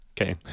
Okay